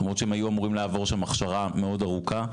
למרות שהם היו אמורים לעבור שם הכשרה מאוד ארוכה,